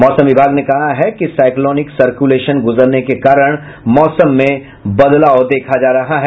मौसम विभाग ने कहा है कि साईक्लोनिक सर्कुलेशन गुजरने के कारण मौसम में बदलाव देखा जा रहा है